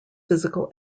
physical